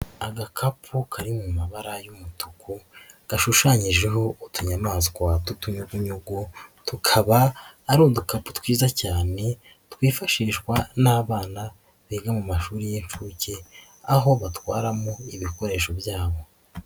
Agakapu kari mu mabara y'umutuku, gashushanyijeho utunyamaswa tw'utunyugunyugu, tukaba ari udukapu twiza cyane twifashishwa n'abana biga mu mashuri y'inshuke, aho batwaramo ibikoresho byabo.